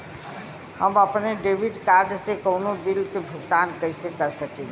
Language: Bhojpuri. हम अपने डेबिट कार्ड से कउनो बिल के भुगतान कइसे कर सकीला?